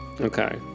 okay